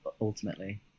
ultimately